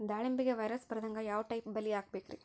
ದಾಳಿಂಬೆಗೆ ವೈರಸ್ ಬರದಂಗ ಯಾವ್ ಟೈಪ್ ಬಲಿ ಹಾಕಬೇಕ್ರಿ?